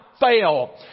fail